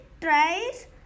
tries